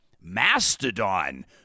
Mastodon